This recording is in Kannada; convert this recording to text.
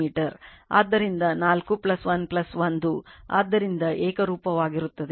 ಆದ್ದರಿಂದ 4 1 1 ಆದ್ದರಿಂದ ಏಕರೂಪವಾಗಿರುತ್ತದೆ